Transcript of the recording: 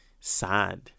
sad